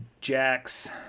Jack's